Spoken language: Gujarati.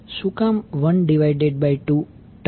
શું કામ 1 2 ટર્મ આવે છે